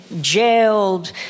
jailed